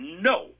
no